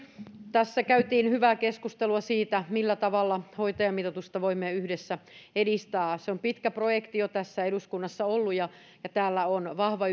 tässä käytiin hyvää keskustelua siitä millä tavalla hoitajamitoitusta voimme yhdessä edistää se on jo pitkä projekti täällä eduskunnassa ollut ja ja täällä on vahva